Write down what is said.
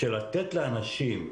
לתת לאנשים,